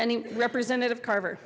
any representative carver